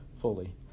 fully